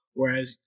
Whereas